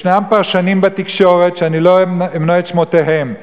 ישנם פרשנים בתקשורת שאני לא אמנה את שמותיהם,